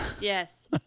Yes